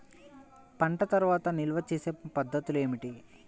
పంట తర్వాత నిల్వ చేసే పద్ధతులు ఏమిటి?